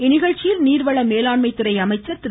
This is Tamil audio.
இந்நிகழ்ச்சியில் நீர்வள மேலாண்மை துறை அமைச்சர் திரு